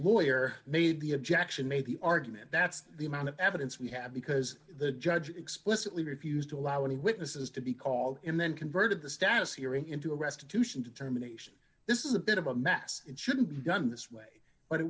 lawyer made the objection made the argument that's the amount of evidence we have because the judge explicitly refused to allow any witnesses to be called in then converted the status hearing into a restitution determination this is a bit of a mess and shouldn't be done this way but it